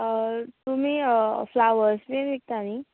तुमी flowers bean विकता न्ही